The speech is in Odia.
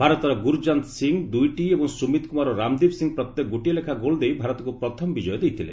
ଭାରତର ଗୁରୁଜାନ୍ତ ସିଂହ ଦୁଇଟି ଏବଂ ସୁମିତ କୁମାର ଓ ରାମଦୀପ ସିଂହ ପ୍ରତ୍ୟେକ ଗୋଟିଏ ଲେଖା ଗୋଲ୍ ଦେଇ ଭାରତକୁ ପ୍ରଥମ ବିଜୟ ଦେଇଥିଲେ